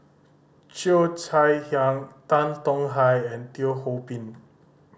Cheo Chai Hiang Tan Tong Hye and Teo Ho Pin